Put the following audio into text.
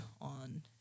on